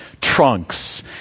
trunks